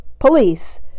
Police